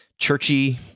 churchy